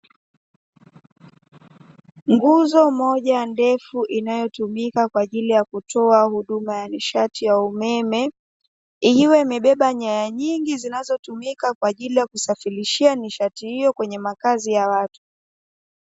Nguzo moja ndefu inaytotumika kwa ajili kutoa huduma ya nishati ya umeme, ikiwa imebeba nyaya nyingi zinazotumika kwa ajili ya kusafirishia nishati hiyo kwenye makazi ya watu.